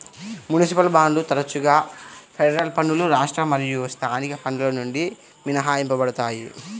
municipal బాండ్లు తరచుగా federal పన్నులు రాష్ట్ర మరియు స్థానిక పన్నుల నుండి మినహాయించబడతాయి